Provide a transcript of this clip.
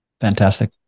fantastic